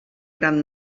gran